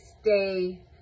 stay